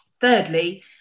Thirdly